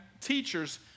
teachers